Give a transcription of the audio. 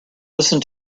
listen